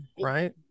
right